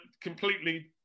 completely